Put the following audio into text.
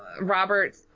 robert